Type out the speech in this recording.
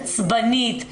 עצבנית,